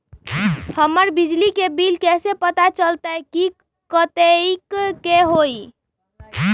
हमर बिजली के बिल कैसे पता चलतै की कतेइक के होई?